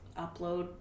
upload